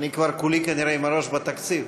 אני כבר כולי כנראה עם הראש בתקציב.